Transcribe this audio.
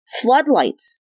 floodlights